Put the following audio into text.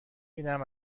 اینم